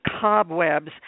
cobwebs